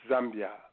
Zambia